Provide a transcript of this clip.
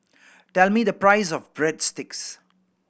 tell me the price of Breadsticks